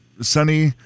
sunny